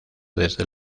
desde